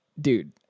dude